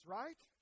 right